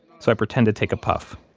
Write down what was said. so i pretend to take a puff